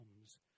comes